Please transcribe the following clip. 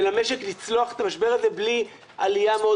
ולמשק לצלוח את המשבר הזה בלי עלייה מאוד